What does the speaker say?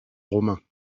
romains